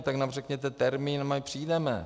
Tak nám řekněte termín a my přijdeme.